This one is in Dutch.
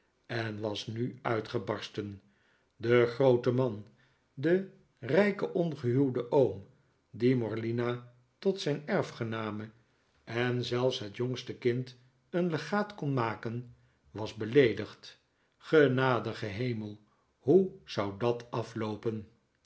en was nu uitgebarsten de groote man de rijke ongehuwde oom die morlina tot zijn erfgename en zelfs het jongste kind een legaat kon maken was beleedigd genadige hemel hoe zou dat afloopen